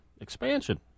Expansion